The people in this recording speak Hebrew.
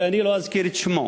ואני לא אזכיר את שמו.